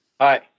Hi